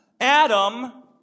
Adam